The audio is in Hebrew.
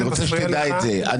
אני רוצה שתדע את זה.